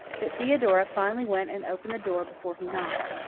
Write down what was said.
that theodora finally went and opened the door before he knocked.